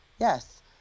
Yes